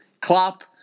Klopp